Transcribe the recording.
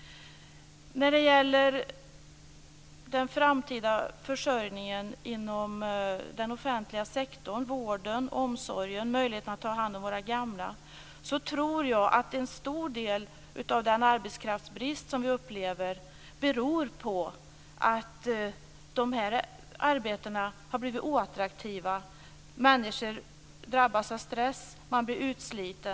När det gäller den framtida försörjningen inom den offentliga sektorn, vården, omsorgen och möjligheterna att ta hand om våra gamla tror jag att en stor del av den arbetskraftsbrist som vi upplever beror på att arbetena på dessa områden har blivit oattraktiva. Människor drabbas där av stress och blir utslitna.